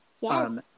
Wow